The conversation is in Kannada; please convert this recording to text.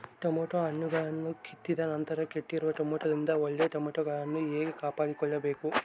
ಟೊಮೆಟೊ ಹಣ್ಣುಗಳನ್ನು ಕಿತ್ತಿದ ನಂತರ ಕೆಟ್ಟಿರುವ ಟೊಮೆಟೊದಿಂದ ಒಳ್ಳೆಯ ಟೊಮೆಟೊಗಳನ್ನು ಹೇಗೆ ಕಾಪಾಡಿಕೊಳ್ಳಬೇಕು?